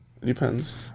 depends